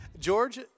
George